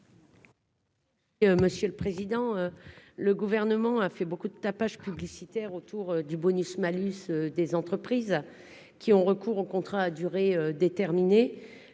Monsieur le président, le gouvernement a fait beaucoup de tapage publicitaire autour du bonus-malus, des entreprises qui ont recours aux contrats à durée déterminée,